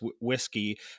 whiskey